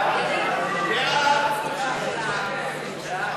ההסתייגות של קבוצת סיעת רע"ם-תע"ל-מד"ע